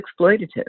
exploitative